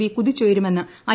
V കുതിച്ചുയരുമെന്ന് I